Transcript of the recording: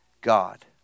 God